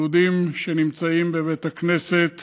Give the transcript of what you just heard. יהודים שנמצאים בבית הכנסת